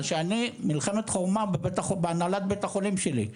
מה שאני במלחמת חורמה בהנהלת בית החולים שלי.